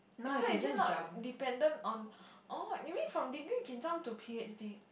so is it not dependent on oh you mean from degree can jump to p_h_d